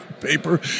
paper